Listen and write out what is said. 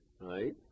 right